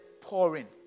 pouring